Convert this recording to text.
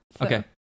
okay